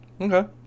Okay